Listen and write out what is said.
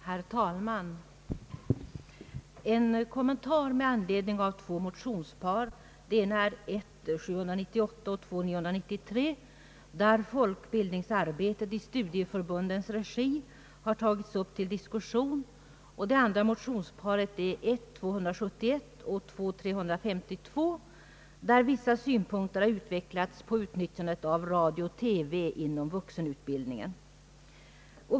Herr talman! Jag vill kommentera två motionspar, det ena I: 798 och II: 993, där folkbildningsarbetet i studieförbundens regi har tagits upp till diskussion, och det andra I: 271 och II: 352, där vissa synpunkter har utvecklats på utnyttjandet av radio och TV inom vuxenutbildningen.